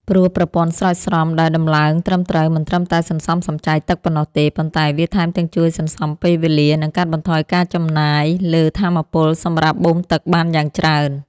ព្រោះប្រព័ន្ធស្រោចស្រពដែលដំឡើងត្រឹមត្រូវមិនត្រឹមតែសន្សំសំចៃទឹកប៉ុណ្ណោះទេ ប៉ុន្តែវាថែមទាំងជួយសន្សំពេលវេលា និងកាត់បន្ថយការចំណាយលើថាមពលសម្រាប់បូមទឹកបានយ៉ាងច្រើន។